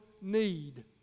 need